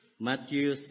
Matthew